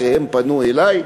הם פנו אלי,